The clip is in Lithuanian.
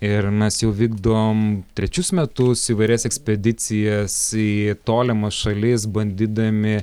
ir mes jau vykdom trečius metus įvairias ekspedicijas į tolimas šalis bandydami